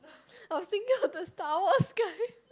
I was thinking of the Star-Wars guy